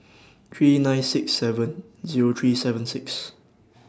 three nine six seven Zero three seven six